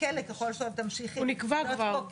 הכלא ככל שתמשיכי להיות פה.